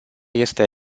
este